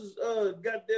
goddamn